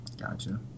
gotcha